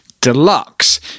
deluxe